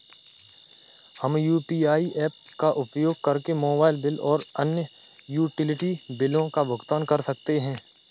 हम UPI apps का उपयोग करके मोबाइल बिल और अन्य यूटिलिटी बिलों का भुगतान कर सकते हैं